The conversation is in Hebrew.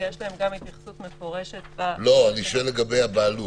ויש להם גם התייחסות מפורשת --- אני שואל לגבי הבעלות.